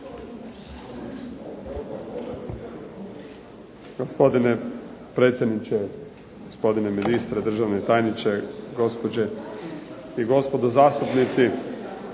Gospodine predsjedniče, gospodine ministre, državni tajniče, gospođe i gospodo zastupnici.